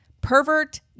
pervert